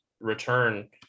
return